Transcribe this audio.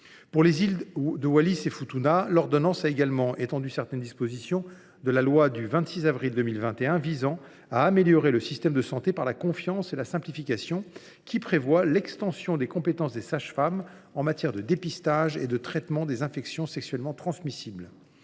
aux îles Wallis et Futuna de certaines dispositions de la loi du 26 avril 2021 visant à améliorer le système de santé par la confiance et la simplification, qui étendent les compétences des sages femmes en matière de dépistage et de traitement des infections sexuellement transmissibles